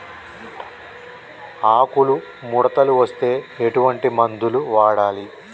ఆకులు ముడతలు వస్తే ఎటువంటి మందులు వాడాలి?